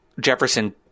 Jefferson